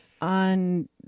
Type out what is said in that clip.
on